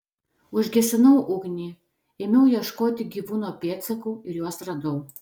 užgesinau ugnį ėmiau ieškoti gyvūno pėdsakų ir juos radau